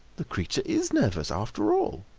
the creature is nervous, after all.